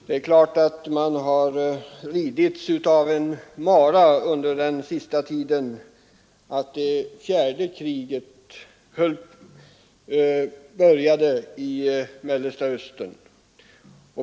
Det är klart att man den senaste tiden har ridits av mara över att det fjärde kriget börjat i Mellersta Östern.